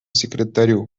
секретарю